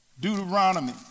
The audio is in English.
Deuteronomy